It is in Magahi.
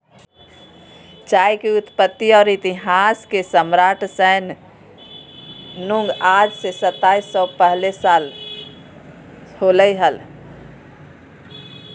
चाय के उत्पत्ति और इतिहासचीनके सम्राटशैन नुंगआज से सताइस सौ सेतीस साल पहले होलय हल